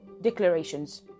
declarations